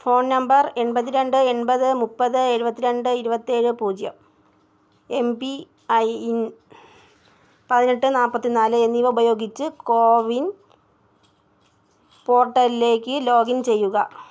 phone number എൺപത്തിരണ്ട് എൺപത് മുപ്പത് എഴുപത്തിരണ്ട് ഇരുപത്തേഴ് പൂജ്യം എം പി ഐ എൻ പതിനെട്ട് നാൽപ്പത്തിനാല് എന്നിവ ഉപയോഗിച്ച് കോവിൻ പോർട്ടലിലേക്ക് ലോഗിൻ ചെയ്യുക